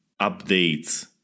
updates